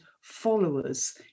followers